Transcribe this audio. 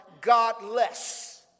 godless